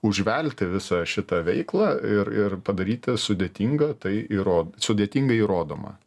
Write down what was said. užvelti visą šitą veiklą ir ir padaryti sudėtingą tai įro sudėtingai įrodomą